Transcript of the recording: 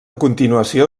continuació